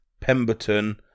Pemberton